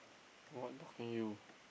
what talking you